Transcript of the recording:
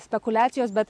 spekuliacijos bet